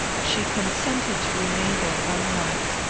she consented to remain there one night.